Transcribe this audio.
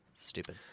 stupid